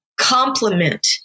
complement